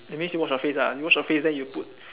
that means you wash your face ah you wash your face then you put